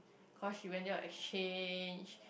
cause she went there on exchange